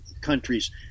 countries